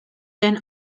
then